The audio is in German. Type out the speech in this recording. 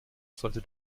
sollte